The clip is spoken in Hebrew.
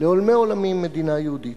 לעולמי עולמים מדינה יהודית.